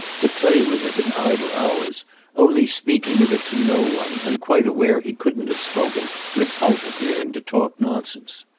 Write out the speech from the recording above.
to play with it in idle hours only speaking of it to no one and quite aware he couldn't have spoken without appearing to talk nonsense.